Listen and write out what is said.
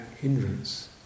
hindrance